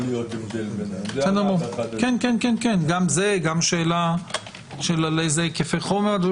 גם זה, גם שאלה של אילו היקפי חומר?